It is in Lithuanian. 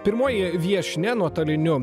pirmoji viešnia nuotoliniu